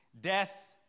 death